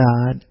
God